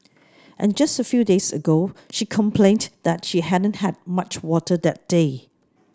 and just a few days ago she complained that she hadn't had much water that day